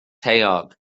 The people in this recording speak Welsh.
taeog